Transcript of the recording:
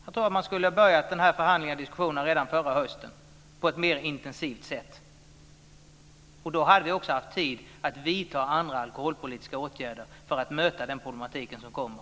Jag tror att man skulle ha börjat förhandlingarna och diskussionerna redan förra hösten på ett mer intensivt sätt. Då hade vi också haft tid att vidta andra alkoholpolitiska åtgärder för att kunna möte de problem som uppstår.